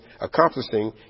accomplishing